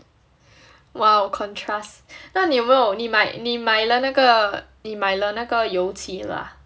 !wow! contrast 那你有没有你买你买了那个你买了那个油漆了 ah